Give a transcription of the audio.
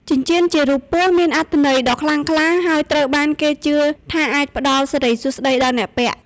ចិញ្ចៀនជារូបពស់មានអត្ថន័យដ៏ខ្លាំងក្លា ហើយត្រូវបានគេជឿថាអាចផ្តល់សិរីសួស្តីដល់អ្នកពាក់។